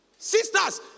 Sisters